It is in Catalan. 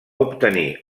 obtenir